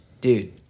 Dude